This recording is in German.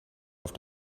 auf